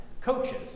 coaches